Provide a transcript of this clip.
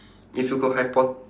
if you could hypot~